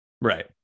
Right